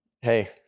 Hey